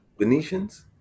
Venetians